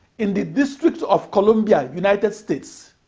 in the district of columbia, united states,